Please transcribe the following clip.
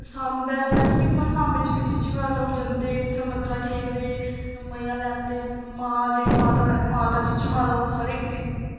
सांबै मतलब दिक्खो हां सांबै च बी चीची माता लोक जंदे उत्थें मत्था टेकदे मज़ा लैंदे मां जेह्ड़ी माता ओह् चीची माता हर इक दी